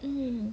mm